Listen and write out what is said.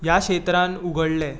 ह्या क्षेत्रांत उगडलें